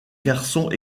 garçons